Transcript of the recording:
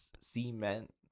Cement